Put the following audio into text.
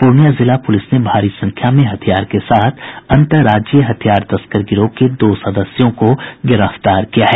पूर्णिया जिला पुलिस ने भारी संख्या में हथियार के साथ अन्तर्राज्यीय हथियार तस्कर गिरोह के दो सदस्यों को गिरफ्तार किया है